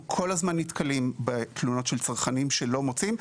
אנחנו כל הזמן נתקלים בתלונות של צרכנים שלא מוצאים,